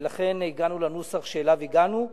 ולכן הגענו לנוסח שאליו הגענו.